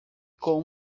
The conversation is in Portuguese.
com